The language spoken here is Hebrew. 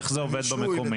איך זה עובד במקומית?